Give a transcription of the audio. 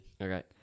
Okay